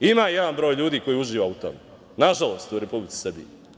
Ima jedan broj ljudi koji uživa u tome, nažalost, u Republici Srbiji.